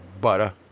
Butter